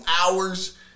hours